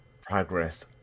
progress